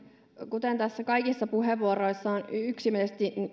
kuten tässä kaikissa puheenvuoroissa on yksimielisesti